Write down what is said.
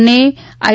અને આઈ